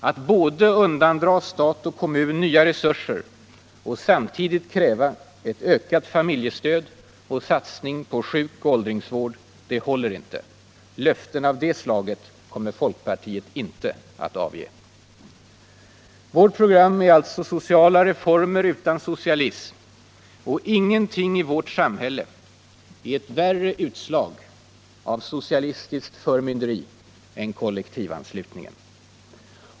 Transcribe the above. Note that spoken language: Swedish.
Att undandra stat och kommun nya resurser och samtidigt kräva ett ökat familjestöd och satsning på sjuk och åldringsvård håller inte. Löften av der slaget kommer folkpartiet inte att avge. Vårt program är alltså sociala reformer utan socialism — och ingenting i vårt samhälle är ett värre utslag av socialistiskt förmynderi än kollektivanslutningen.